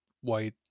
white